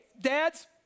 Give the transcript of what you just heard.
dads